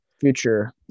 future